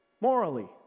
morally